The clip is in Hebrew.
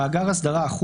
אנחנו